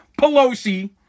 Pelosi